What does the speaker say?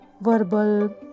verbal